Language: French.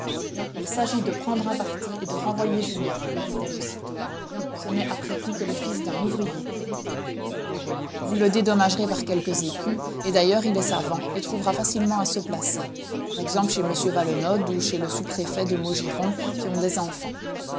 il s'agit de prendre un parti et de renvoyer julien lui dit-elle aussitôt ce n'est après tout que le fils d'un ouvrier vous le dédommagerez par quelques écus et d'ailleurs il est savant et trouvera facilement à se placer par exemple chez m valenod ou chez le sous-préfet de maugiron qui ont des enfants